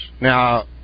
now